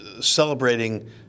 celebrating